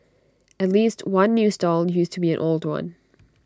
at least one new stall used to be an old one